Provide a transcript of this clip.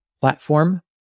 platform